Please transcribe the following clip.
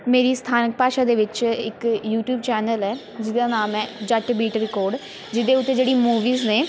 ਮੇਰੀ ਸਥਾਨਕ ਭਾਸ਼ਾ ਦੇ ਵਿੱਚ ਇੱਕ ਯੂਟੀਊਬ ਚੈਨਲ ਹੈ ਜਿਸਦਾ ਨਾਮ ਹੈ ਜੱਟ ਬੀਟ ਰਿਕੋਡ ਜਿਹਦੇ ਉੱਤੇ ਜਿਹੜੀ ਮੂਵੀਜ਼ ਨੇ